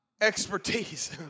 expertise